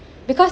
because